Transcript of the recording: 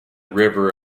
river